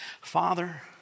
Father